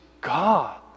God